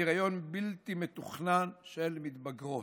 היריון בלתי מתוכנן של מתבגרות.